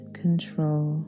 control